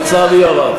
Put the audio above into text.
לצערי הרב.